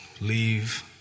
leave